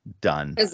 done